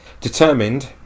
Determined